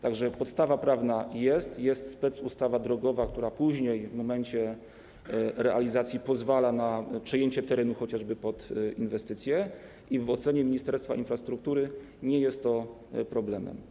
Tak więc jest podstawa prawna, jest specustawa drogowa, która w momencie realizacji pozwala na przejęcie terenu, chociażby pod inwestycję, i w ocenie Ministerstwa Infrastruktury nie jest to problemem.